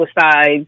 suicides